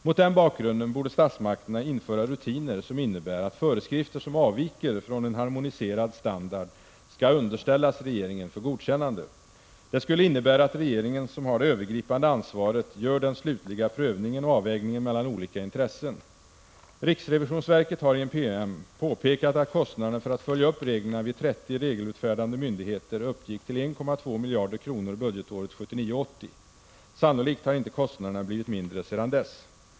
Mot den bakgrunden borde statsmakterna införa rutiner som innebär att föreskrifter som avviker från en harmoniserad standard skall underställas regeringen för godkännande. Det skulle innebära att regeringen, som har det övergripande ansvaret, gör den slutliga prövningen och avvägningen mellan olika intressen. Riksrevisionsverket har i en PM påpekat att kostnaderna för att följa upp reglerna vid 30 regelutfärdande myndigheter uppgick till 1,2 miljarder kronor budgetåret 1979/80. Sannolikt har inte kostnaderna blivit mindre sedan dess.